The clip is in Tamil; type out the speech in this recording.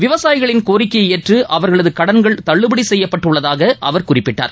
விவசாயிகளின் கோரிக்கையை ஏற்று அவர்களது கடன்கள் தள்ளுபடி செய்யப்பட்டுள்ளதாக அவர் குறிப்பிட்டார்